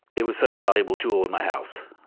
it was such a valuable tool in my house.